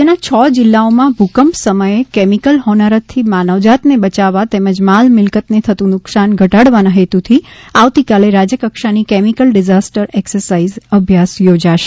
રાજ્યના છ જિલ્લાઓમાં ભૂકંપ સમયે કેમિકલ હોનારતથી માનવજાતને બયાવવા તેમજ માલ મિલકતને થતું નુકશાન ઘટાડવાના હેતુથી આવતીકાલે રાજ્યકક્ષાની કેમિકલ ડિઝાસ્ટર એક્સર્સાઇઝ અભ્યાસ થોજાશે